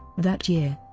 that year,